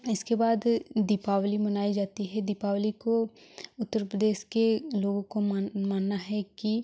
इसके बाद दीपावली मनाई जाती है दीपावली को उत्तर प्रदेश के लोगों को मानना है कि